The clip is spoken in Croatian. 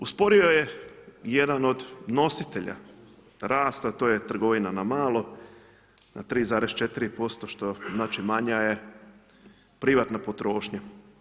Usporio je jedan od nositelja rasta, to je trgovina na malo n a 3,4% što znači manja je privatna potrošnja.